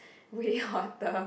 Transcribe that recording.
we hotter